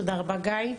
תודה רבה, גיא.